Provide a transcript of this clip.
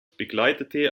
begleitete